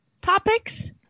topics